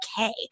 okay